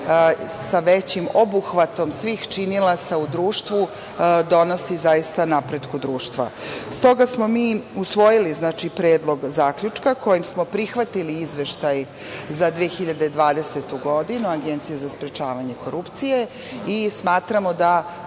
sa većim obuhvatom svih činilaca u društvu donosi zaista napretku društva. Stoga smo mi usvojili Predlog zaključka kojim smo prihvatili Izveštaj za 2020. godinu Agencije za sprečavanje korupcije, i smatramo da